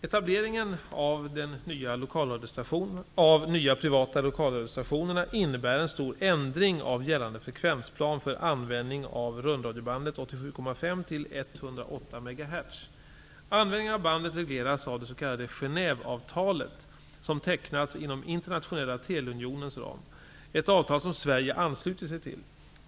Etableringen av de nya privata lokalradiostationerna innebär en stor ändring av gällande frekvensplan för användning av rundradiobandet 87,5--108 MHz. Användningen av bandet regleras av det s.k. Genèveavtalet, som tecknats inom Internationella Teleunionens ram, ett avtal som Sverige anslutit sig till.